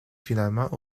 finalement